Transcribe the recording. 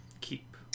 keep